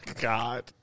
God